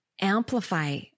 amplify